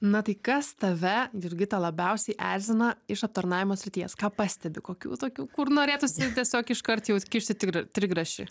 na tai kas tave jurgita labiausiai erzina iš aptarnavimo srities ką pastebi kokių tokių kur norėtųsi tiesiog iškart jau kišti tigr trigrašį